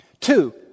Two